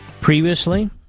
previously